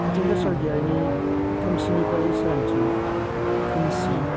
कातिन्द्र स्वरगियारिनि खोमसिनिफ्राय सोरांथिं खोमसि